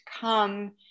come